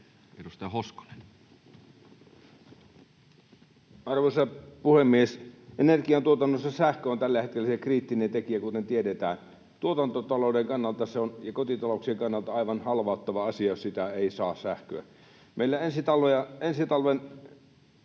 14:24 Content: Arvoisa puhemies! Energiantuotannossa sähkö on tällä hetkellä se kriittinen tekijä, kuten tiedetään. Tuotantotalouden kannalta — ja kotitalouksien kannalta — se on aivan halvauttava asia, jos sitä sähköä ei saa. Meillä ensi talvena